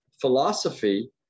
philosophy